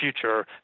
future